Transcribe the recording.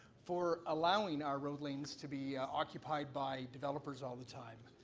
for allowing our road lanes to be occupyied by developers all the time.